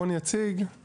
רון יציג,